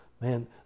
Man